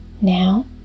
Now